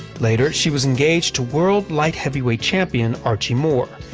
later she was engaged to world light heavyweight champion archie moore.